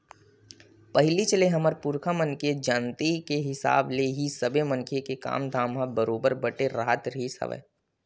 पहिलीच ले हमर पुरखा मन के जानती के हिसाब ले ही सबे मनखे के काम धाम ह बरोबर बटे राहत रिहिस हवय